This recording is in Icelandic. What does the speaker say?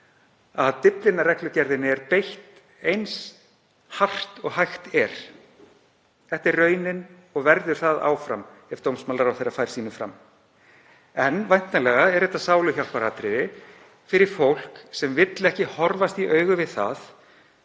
að Dyflinnarreglugerðinni er beitt eins hart og hægt er. Það er raunin og verður það áfram ef dómsmálaráðherra fær sínu framgengt. En væntanlega er þetta sáluhjálparatriði fyrir fólk sem vill ekki horfast í augu við það